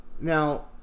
Now